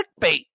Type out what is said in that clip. clickbait